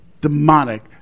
demonic